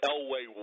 Elway